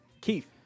Keith